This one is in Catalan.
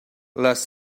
les